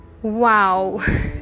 Wow